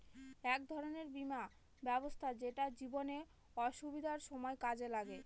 এক ধরনের বীমা ব্যবস্থা যেটা জীবনে অসুবিধার সময় কাজে লাগে